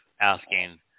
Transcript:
asking